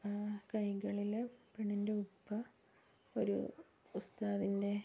കൈകളിൽ പെണ്ണിൻ്റെ ഉപ്പ ഒരു ഉസ്താദിൻ്റെ